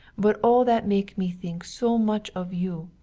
but all that make me think so much of you,